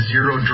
Zero